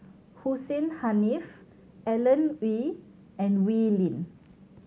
Hussein Haniff Alan Oei and Wee Lin